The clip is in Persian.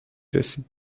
رسیم